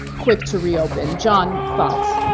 quick to reopen. john, thoughts.